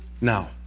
now